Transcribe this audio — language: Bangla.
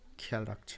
খেয়াল রাখছে